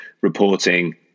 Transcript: reporting